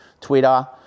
Twitter